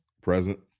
Present